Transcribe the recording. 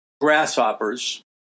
grasshoppers